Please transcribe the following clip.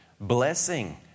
blessing